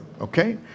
Okay